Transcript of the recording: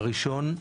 הראשון,